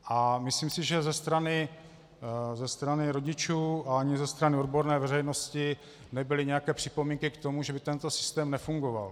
A myslím si, že ze strany rodičů ani ze strany odborné veřejnosti nebyly nějaké připomínky k tomu, že by tento systém nefungoval.